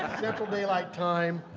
central daylight time.